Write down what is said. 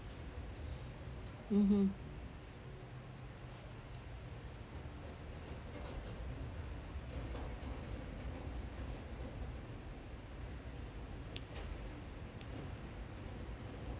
mmhmm